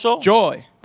joy